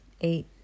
Eight